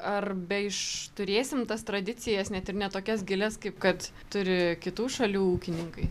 ar be išturėsim tas tradicijas net ir ne tokias gilias kaip kad turi kitų šalių ūkininkai